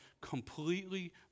completely